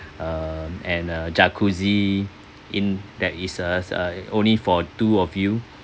um and a jacuzzi in there is as uh only for two of you